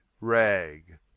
Rag